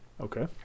Okay